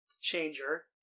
changer